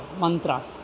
mantras